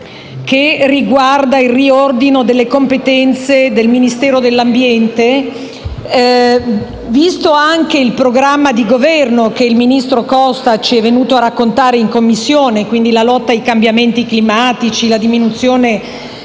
2, relativo al riordino delle competenze del Ministero dell'ambiente, visto anche il programma di Governo che il ministro Costa ci è venuto a illustrare in Commissione (la lotta ai cambiamenti climatici, la diminuzione